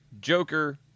Joker